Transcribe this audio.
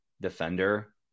Defender